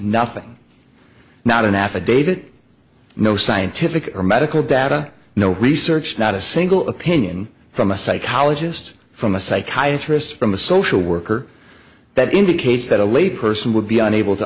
nothing not an affidavit no scientific or medical data no research not a single opinion from a psychologist from a psychiatrist from a social worker that indicates that a layperson would be unable to